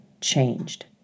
changed